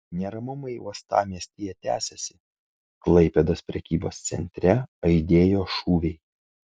neramumai uostamiestyje tęsiasi klaipėdos prekybos centre aidėjo šūviai